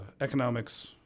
economics